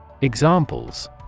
Examples